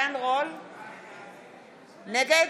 נגד